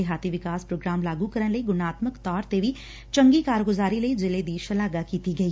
ਦਿਹਾਤੀ ਵਿਕਾਸ ਪ੍ਰੋਗਰਾਮ ਲਾਗੂ ਕਰਨ ਲਈ ਗੁਣਾਤਮਕ ਤੌਰ ਤੇ ਵੀ ਚੰਗੀ ਕਾਰਗੁਜਾਰੀ ਲਈ ਜ਼ਿਲ੍ਹੇ ਦੀ ਸ਼ਲਾਘਾ ਕੀਤੀ ਗਈ